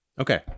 Okay